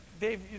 Dave